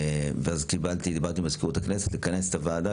ואז דיברתי עם מזכירות הכנסת לכנס את הוועדה,